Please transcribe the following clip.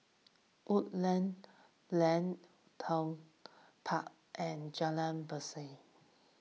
Woodleigh Lane Woollerton Park and Jalan Berseri